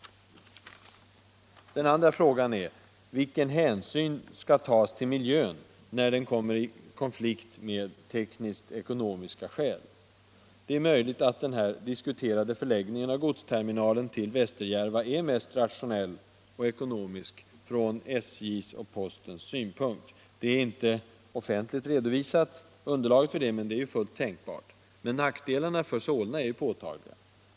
Den andra frågan är: Vilken hänsyn skall tas till miljön, när den kommer i konflikt med tekniskt-ekonomiska skäl? Det är möjligt att den diskuterade förläggningen av godsterminalen till Västerjärva är mest rationell och ekonomisk från SJ:s och postens synpunkt. Underlaget för det är inte offentligt redovisat, men det är fullt tänkbart. Nackdelarna för Solna är emellertid påtagliga.